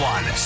One